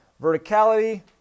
verticality